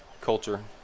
Culture